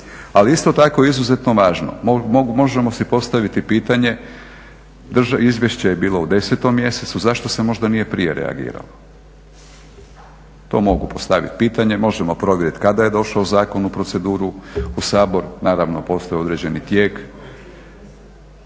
ali isto tako je izuzetno važno, možemo si postaviti pitanje, izvješće je bilo u 10. mjesecu, zašto se možda nije prije reagiralo? To mogu postaviti pitanje, možemo provjeriti kada je došao zakon u proceduru u Saboru, naravno postoji određeni tijek,